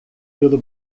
pelo